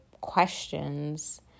questions